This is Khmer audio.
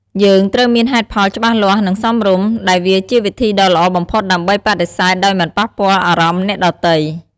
យើងត្រូវមានហេតុផលច្បាស់លាស់ និងសមរម្យ ដែលវាជាវិធីដ៏ល្អបំផុតដើម្បីបដិសេធដោយមិនប៉ះពាល់អារម្មណ៍អ្នកដទៃ។